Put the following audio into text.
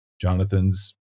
Jonathan's